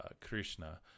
krishna